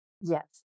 Yes